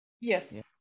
Yes